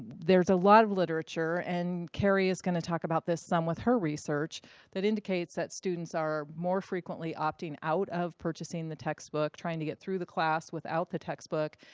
there's a lot of literature and carrie is going to talk about this some with her research that indicates that students are more frequently opting out of purchasing the textbook, trying to get through the class without the textbook.